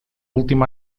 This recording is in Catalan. últim